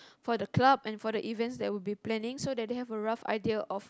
for the club and for the events that will be planning so that they have a rough idea of